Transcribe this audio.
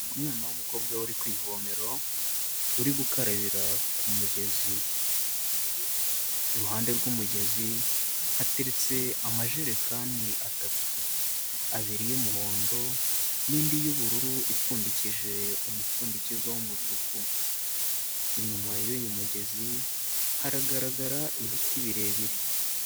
Umwana w'umukobwa uri ku ivomero, uri gukarabira ku mugezi, iruhande rw'umugezi hateretse amajerekani atatu, abiri y'umuhondo n'indi y'ubururu ipfundikije umupfundikizo w'umutuku, inyuma y'uyu mugezi haragaragara ibiti birebire.